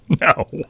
No